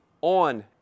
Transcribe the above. on